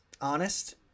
honest